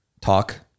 Talk